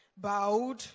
Bowed